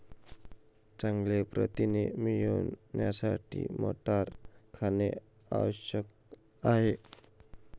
चांगले प्रथिने मिळवण्यासाठी मटार खाणे आवश्यक आहे